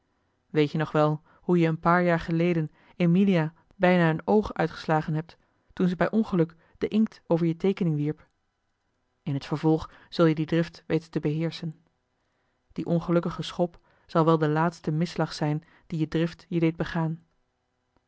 weet je nog wel hoe je een paar jaar geleden emilia bijna een oog uitgeslagen hebt toen ze bij ongeluk den inkt over je teekening wierp in het vervolg zul je die drift weten te beheerschen die ongelukkige schop zal wel de laatste misslag zijn dien je drift je deed begaan